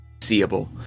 seeable